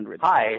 Hi